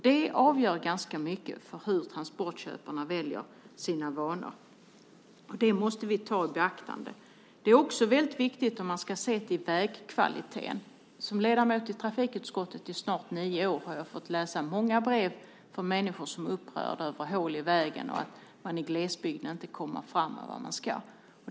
Detta är ganska avgörande för transportköparnas vanor, och det måste vi ta i beaktande. Det är också väldigt viktigt för vägkvaliteten. Som ledamot i trafikutskottet sedan snart nio år har jag fått många brev från människor som är upprörda över hål i vägen och att man i glesbygden inte kommer fram dit man ska.